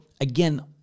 again